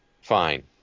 fine